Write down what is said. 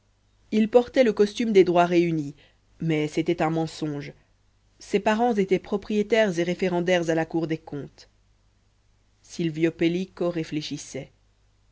il portait le costume des droits réunis mais c'était un mensonge ses parents étaient propriétaires et référendaires à la cour des comptes silvio pellico réfléchissait